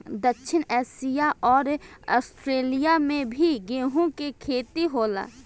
दक्षिण एशिया अउर आस्ट्रेलिया में भी गेंहू के खेती होला